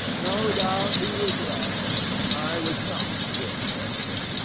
no doubt he is right i was not a good fencer.